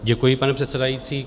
Děkuji, pane předsedající.